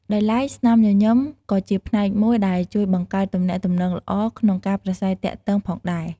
ដោយឡែក ស្នាមញញឹមក៏ជាផ្នែកមួយដែលជួយបង្កើតទំនាក់ទំនងល្អក្នុងការប្រាស្រ័យទាក់ទងផងដែរ។